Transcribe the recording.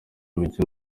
mike